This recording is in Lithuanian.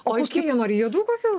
o kokių jie nori juodų kokių